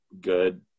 good